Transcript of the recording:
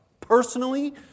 personally